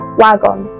wagon